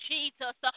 Jesus